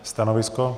Stanovisko?